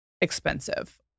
expensive